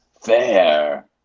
Fair